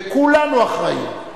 וכולנו אחראים.